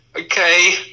Okay